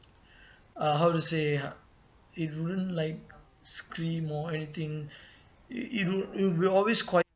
uh how to say it wouldn't like scream or anything it it'll it'll be always quiet